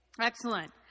Excellent